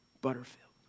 Butterfield